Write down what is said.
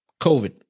COVID